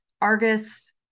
Argus